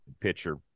pitcher